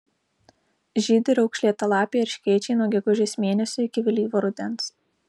žydi raukšlėtalapiai erškėčiai nuo gegužės mėnesio iki vėlyvo rudens